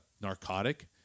narcotic